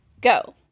go